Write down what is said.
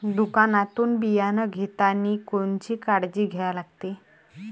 दुकानातून बियानं घेतानी कोनची काळजी घ्या लागते?